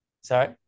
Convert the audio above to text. sorry